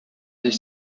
this